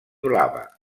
blava